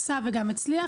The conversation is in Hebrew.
עשה וגם הצליח,